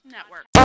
Network